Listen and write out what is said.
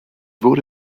wurde